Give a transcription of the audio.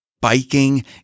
biking